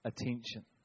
attention